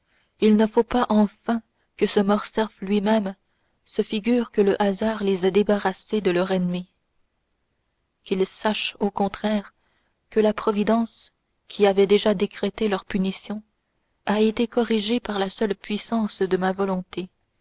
il ne faut pas enfin que ce morcerf lui-même se figurent que le hasard les a débarrassés de leur ennemi qu'ils sachent au contraire que la providence qui avait déjà décrété leur punition a été corrigée par la seule puissance de ma volonté